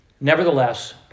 nevertheless